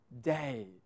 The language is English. day